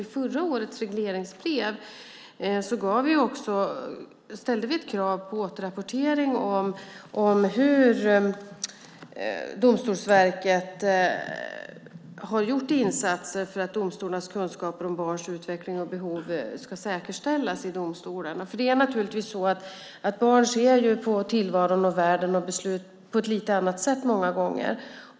I förra årets regleringsbrev ställde vi krav på återrapportering om hur Domstolsverket har gjort insatser för att domstolarnas kunskaper om barns utveckling och behov ska säkerställas i domstolarna. Barn ser ju på tillvaron och världen på ett lite annat sätt många gånger.